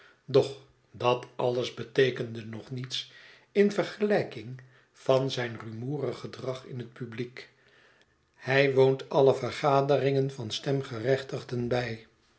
doch dat alles beteekende nog niets in vergelijking van zyn rumoerig gedrag in hetpubliek hij woont alle vergaderingen van stemgerechtigden bij